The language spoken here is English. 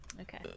Okay